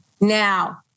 Now